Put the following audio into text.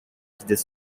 this